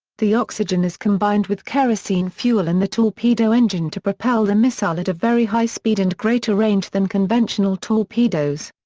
the oxygen is combined with kerosene fuel in the torpedo engine to propel the missile at a very high speed and greater range than conventional torpedoes.